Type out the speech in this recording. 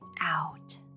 out